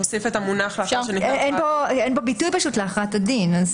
אין כאן ביטוי להכרעת הדין.